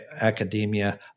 academia